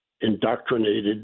indoctrinated